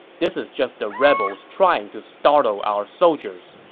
this is just the rebels trying to startle our soldiers.